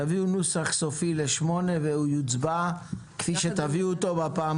תביאו נוסח סופי לסעיף 8 ואז הוא יוצבע כפי שתביאו בפעם